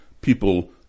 people